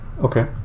Okay